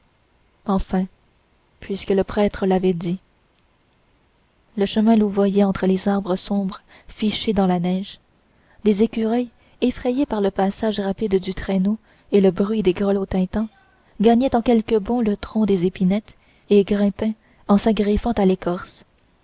enfin puisque le prêtre l'avait dit le chemin louvoyait entre les arbres sombres fichés dans la neige des écureuils effrayés par le passage rapide du traîneau et le bruit des grelots tintant gagnaient en quelques bonds le tronc des épinettes et grimpaient en s'agriffant à l'écorce